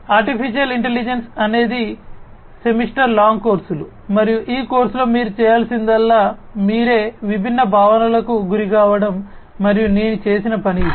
artificial intelligence అనేది semester long కోర్సులు మరియు ఈ కోర్సులో మీరు చేయాల్సిందల్లా మీరే విభిన్న భావనలకు గురికావడం మరియు నేను చేసిన పని ఇది